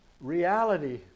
reality